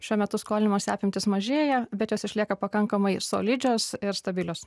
šiuo metu skolinimosi apimtys mažėja bet jos išlieka pakankamai solidžios ir stabilios